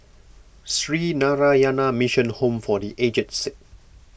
Sree Narayana Mission Home for the Aged Sick